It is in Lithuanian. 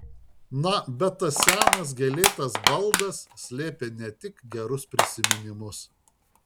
na bet tas senas gėlėtas baldas slėpė ne tik gerus prisiminimus